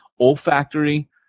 olfactory